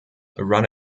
run